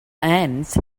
ants